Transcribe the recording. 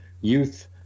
youth